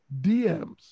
DMs